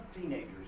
teenagers